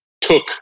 took